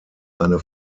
eine